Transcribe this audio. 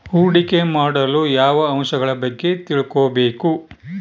ಹೂಡಿಕೆ ಮಾಡಲು ಯಾವ ಅಂಶಗಳ ಬಗ್ಗೆ ತಿಳ್ಕೊಬೇಕು?